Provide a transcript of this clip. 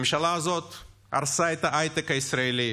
הממשלה הזאת הרסה את ההייטק הישראלי,